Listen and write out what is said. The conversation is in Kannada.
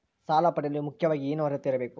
ಸಾಲ ಪಡೆಯಲು ಮುಖ್ಯವಾಗಿ ಏನು ಅರ್ಹತೆ ಇರಬೇಕು?